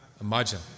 Imagine